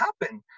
happen